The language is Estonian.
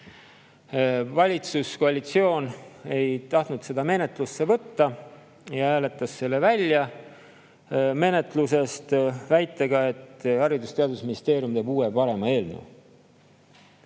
Valitsuskoalitsioon ei tahtnud seda menetlusse võtta ja hääletas selle menetlusest välja väitega, et Haridus‑ ja Teadusministeerium teeb uue ja parema eelnõu.